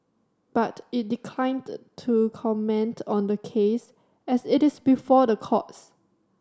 but it declined to comment on the case as it is before the courts